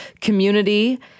community